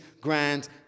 grand